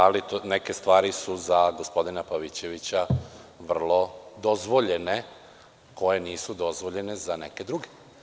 Ali, neke stvari su za gospodina Pavićevića vrlo dozvoljene, koje nisu dozvoljene za neke druge.